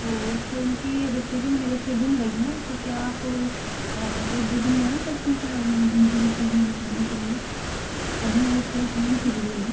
ओ अच्छा उनकी रिसीविंग मेरे से गुम गई हैं तो क्या आप एक दो दिन में आ सकती हैं क्या मुझे रिसीविंग दिखाने के लिए अभी वह ड्रेस नहीं सीली हुई है